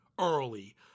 early